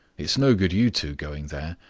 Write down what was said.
it's no good you two going there.